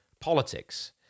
politics